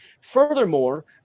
Furthermore